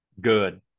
good